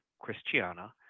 Christiana